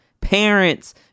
Parents